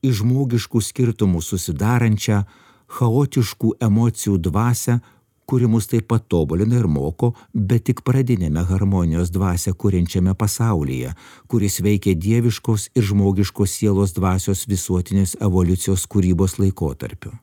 iš žmogiškų skirtumų susidarančią chaotiškų emocijų dvasią kuri mus taip patobulina ir moko bet tik pradiniame harmonijos dvasia kuriančiame pasaulyje kuris veikia dieviškos ir žmogiškos sielos dvasios visuotinės evoliucijos kūrybos laikotarpiu